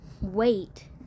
wait